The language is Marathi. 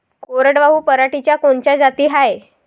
कोरडवाहू पराटीच्या कोनच्या जाती हाये?